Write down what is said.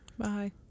Bye